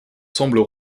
semblent